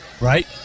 right